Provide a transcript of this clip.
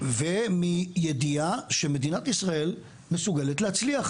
ומידיעה שמדינת ישראל מסוגלת להצליח